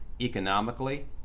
economically